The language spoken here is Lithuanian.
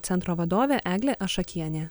centro vadovė eglė ašakienė